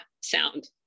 sound